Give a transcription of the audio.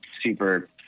super